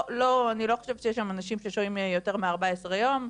אני לא חושבת שיש שם אנשים ששוהים שם יותר מ-14 יום,